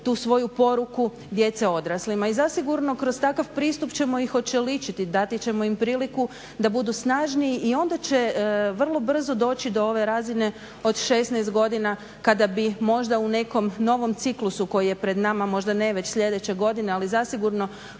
tu svoju poruku djece odraslima. I zasigurno kroz takav pristup ćemo ih očeličiti, dati ćemo im priliku da budu snažniji i onda će vrlo brzo doći do ove razine od 16 godina kada bi možda u nekom novom ciklusu koji je pred nama možda ne već sljedeće godine, ali zasigurno